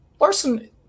larson